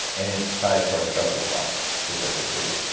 and it's tied to our stress response specifically.